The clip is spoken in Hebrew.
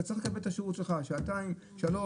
אתה צריך לקבל את השירות שלך שעתיים שלוש